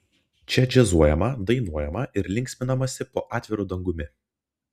čia džiazuojama dainuojama ir linksminamasi po atviru dangumi